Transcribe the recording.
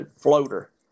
floater